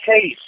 case